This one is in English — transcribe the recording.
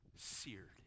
seared